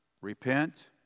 repent